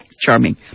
Charming